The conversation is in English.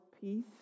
peace